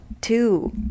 two